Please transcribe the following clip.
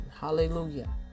Hallelujah